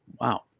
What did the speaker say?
Wow